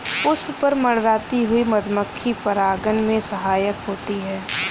पुष्प पर मंडराती हुई मधुमक्खी परागन में सहायक होती है